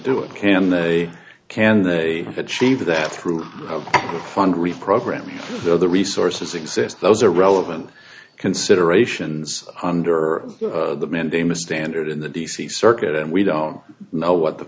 do it can they can they achieve that through the fund reprogramming though the resources exist those are relevant considerations under the mandamus standard in the d c circuit and we don't know what the